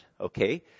okay